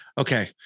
Okay